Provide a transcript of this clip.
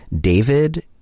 David